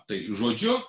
tai žodžiu